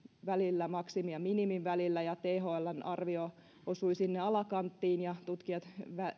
välillä maksimin ja minimin välillä ja thln arvio osui sinne alakanttiin tutkijat